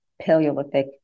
Paleolithic